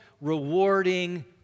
rewarding